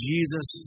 Jesus